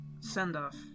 send-off